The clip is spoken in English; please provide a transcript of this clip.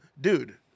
dude